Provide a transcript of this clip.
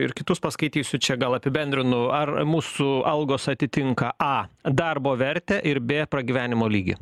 ir kitus paskaitysiu čia gal apibendrinu ar mūsų algos atitinka a darbo vertę ir bė pragyvenimo lygį